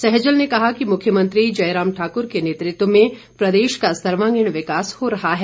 सैजल ने कहा कि मुख्यमंत्री जयराम ठाकुर के नेतृत्व में प्रदेश का सर्वागीण विकास हो रहा है